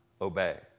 obey